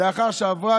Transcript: גם לאחר שעברה